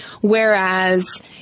whereas